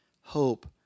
hope